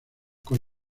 con